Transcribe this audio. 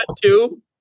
two